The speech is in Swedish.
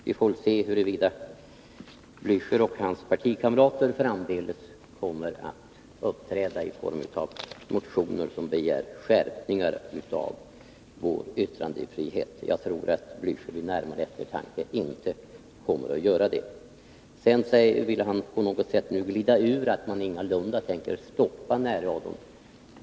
Vi får väl se huruvida Raul Blächer och hans partikamrater framdeles kommer att uppträda med motioner som begär skärpningar i lagen om vår yttrandefrihet. Jag tror att Raul Blächer vid närmare eftertanke inte kommer att göra det. På något sätt vill han nu glida ur uppfattningen att man ingalunda tänker stoppa närradion.